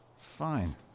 Fine